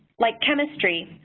like chemistry,